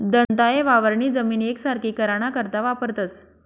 दंताये वावरनी जमीन येकसारखी कराना करता वापरतंस